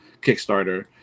Kickstarter